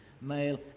Male